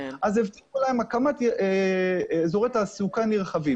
הבטיחו להן הקמת אזורי תעסוקה נרחבים